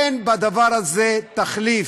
אין לדבר הזה תחליף.